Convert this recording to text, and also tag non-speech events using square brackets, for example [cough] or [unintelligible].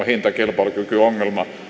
[unintelligible] hintakilpailukykyongelma niin vaikka